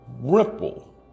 ripple